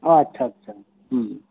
ᱳᱟᱪᱪᱷᱟ ᱟᱪᱪᱷᱟ